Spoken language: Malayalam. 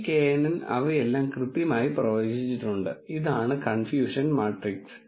ഈ knn അവയെല്ലാം കൃത്യമായി പ്രവചിച്ചിട്ടുണ്ട് ഇതാണ് കൺഫ്യൂഷൻ മാട്രിക്സ്